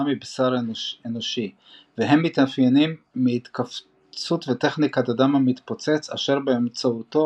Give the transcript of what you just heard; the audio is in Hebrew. מבשר אנושי הם מתאפיינים מהתכווצות וטכניקת הדם המתפוצץ אשר באמצעותו